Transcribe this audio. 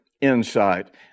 insight